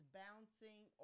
bouncing